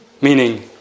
Meaning